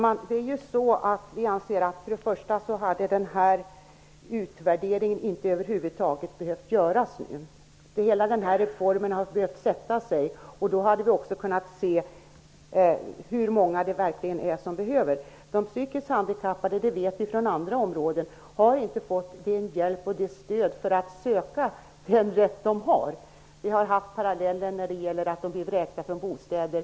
Fru talman! Vi anser att den här utvärderingen över huvud taget inte hade behövt göras. Hela denna reform hade behövt sätta sig. Då hade vi också kunnat se hur många det är som verkligen behöver detta. De psykiskt handikappade har, det vet vi från andra områden, inte fått hjälp och stöd för att söka den rätt de har. Vi har haft paralleller när de har blivit vräkta från bostäder.